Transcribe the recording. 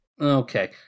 Okay